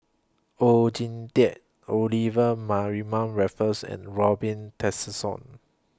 Oon Jin Teik Olivia Mariamne Raffles and Robin Tessensohn